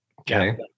Okay